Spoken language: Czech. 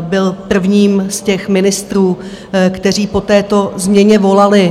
byl prvním z ministrů, kteří po této změně volali.